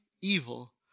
evil